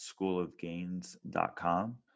schoolofgains.com